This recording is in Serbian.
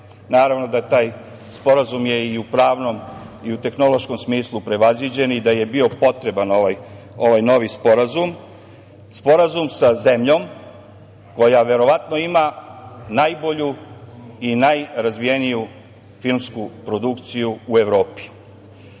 Naravno da taj Sporazum je i u pravnom i u tehnološkom smislu prevaziđen i da je bio potreban ovaj novi sporazum, Sporazum sa zemljom koja, verovatno, ima najbolju i najrazvijeniju filmsku produkciju u Evropi. Naime,